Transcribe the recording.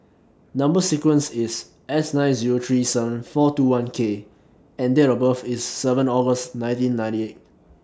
Number sequence IS S nine Zero three seven four two one K and Date of birth IS seven August nineteen ninety eight